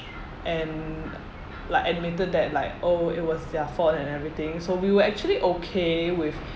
and like admitted that like oh it was their fault and everything so we were actually okay with